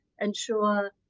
ensure